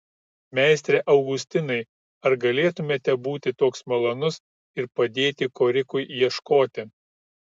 meistre augustinai ar galėtumėte būti toks malonus ir padėti korikui ieškoti